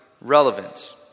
relevant